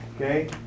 okay